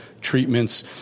treatments